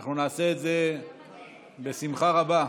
אנחנו נעשה את זה בשמחה רבה.